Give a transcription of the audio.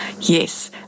yes